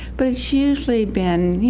but it's usually been, you